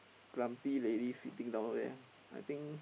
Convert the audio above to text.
plumpy lady sitting down there I think